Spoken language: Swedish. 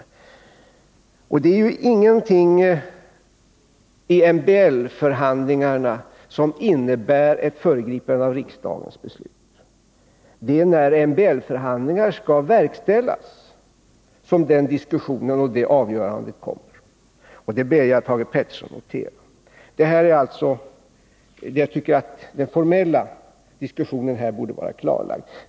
Ingenting i MBL-förhandlingarna innebär ett föregripande av riksdagens beslut, utan det är först när MBL-förhandlingar skall verkställas som den diskussionen och det avgörandet kommer; det ber jag Thage Peterson notera. — Jag tycker alltså att den formella diskussionen här borde vara klarlagd.